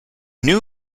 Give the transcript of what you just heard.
new